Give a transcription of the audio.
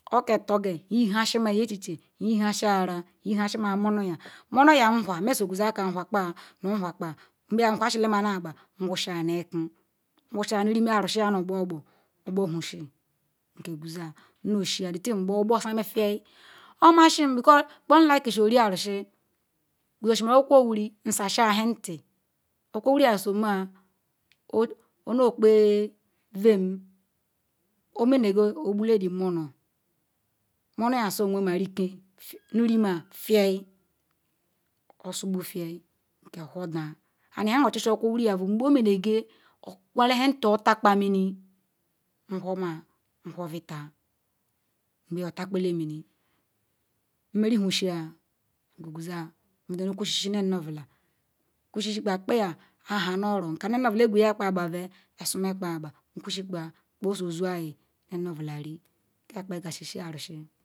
Oko otorge nyinasima echiche nyihasi Ara nyihasima munoryam munoryam nwha mesoguzo akam uhakpaa nu nwhua kpaa ngbeyam nhusiyama nu agba nwusha noki nwusha nu rume Arusiyam nu ogbogbo ogbohusi nkeguzoya nnoshia dithing-gbo-ogbosama Fianyi, omasi because nkpo nlikishi ori Arusi nqwe-sosi okwukwu wuri nsashia nheti okwukwu wuri zomeya onokpea vem omenego ogbule di munor munoryam sowemarike nu-rumea fianyi osiegbu fianyi nkeowhorda haninhama nechisi okwukwu wuri ve ngbe omenego okwa nhati otakpamim nwhorma whorvita ngbeyam otukoleniini nmerihusia nkooqwezoa kushishanu nye-nu-nyeobula kushishikpa kpaia aha nu-oro nkani nye nu-nyeobule vegweya kpa agbu ve, nsumakpaia agba nkusikpa kpo-oso-ozuayi nye-nu-nye-obula ri kpan ki aga eshishi Arusi.